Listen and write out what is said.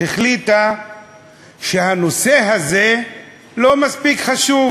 החליטה שהנושא הזה לא מספיק חשוב,